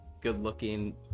good-looking